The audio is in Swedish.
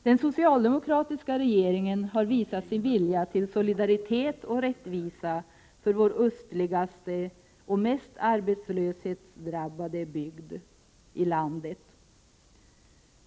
Den socialdemokratiska regeringen har visat sin vilja till solidaritet och rättvisa för vår östligaste och mest arbetslöshetsdrabbade bygd i landet.